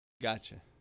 Gotcha